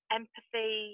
empathy